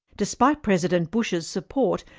despite president bush's support,